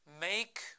Make